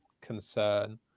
concern